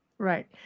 Right